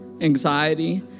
anxiety